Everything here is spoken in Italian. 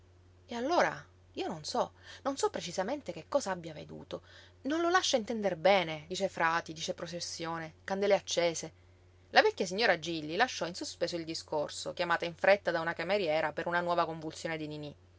e allora io non so non so precisamente che cosa abbia veduto non lo lascia intender bene dice frati dice processione candele accese la vecchia signora gilli lasciò in sospeso il discorso chiamata in fretta da una cameriera per una nuova convulsione di niní